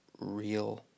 real